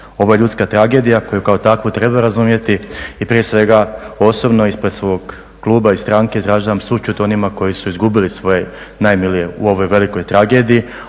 Ovo je ljudska tragedija koju kao takvu treba razumjeti i prije svega osobno ispred svog kluba i stranke izražavam sućut onima koji su izgubili svoje najmilije u ovoj velikoj tragediji